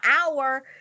hour